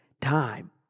time